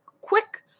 quick